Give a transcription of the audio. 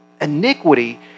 Iniquity